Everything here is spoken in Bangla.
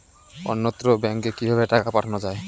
অন্যত্র ব্যংকে কিভাবে টাকা পাঠানো য়ায়?